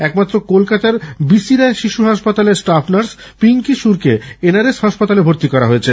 একমাত্র কলকাতার B C Roy শিশু হাসপাতালের নার্স পিঙ্কি সুরকে এন আর এস হাসপাতালে ভর্তি করা হয়েছে